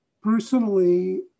Personally